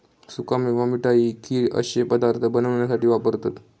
सुका मेवा मिठाई, खीर अश्ये पदार्थ बनवण्यासाठी वापरतत